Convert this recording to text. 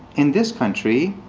in this country,